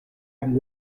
and